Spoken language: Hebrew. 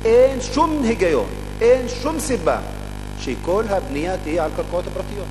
אין שום היגיון ואין שום סיבה שכל הבנייה תהיה על הקרקעות הפרטיות.